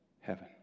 heaven